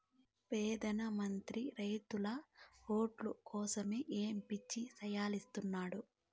పెదాన మంత్రి రైతుల ఓట్లు కోసరమ్ ఏయో పిచ్చి సాయలిస్తున్నాడు